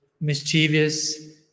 mischievous